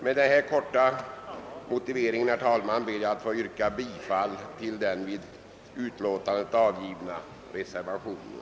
Med denna korta motivering ber jag, herr talman, att få yrka bifall till den vid betänkandet fogade reservationen.